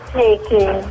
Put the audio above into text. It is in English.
taking